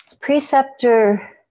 preceptor